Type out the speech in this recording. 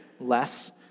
less